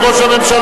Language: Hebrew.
אדוני ראש הממשלה,